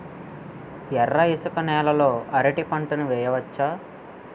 ఎర్ర ఇసుక నేల లో అరటి పంట వెయ్యచ్చా?